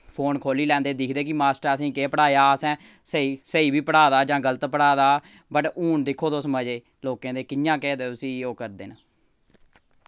phone खोल्ली लैंदे दिक्खदे कि मास्टर ने असेंगी केह् पढ़ाया असें स्हेई स्हेई बी पढ़ाए दा जां गलत पढ़ाए दा बट हून दिक्खो तुस मजे लोकें दे कि'यां केह् आखदे उस्सी ओह् करदे न